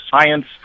science